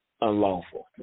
unlawful